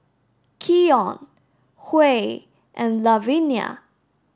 Keion Huey and Lavenia